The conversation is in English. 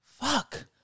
fuck